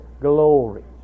glory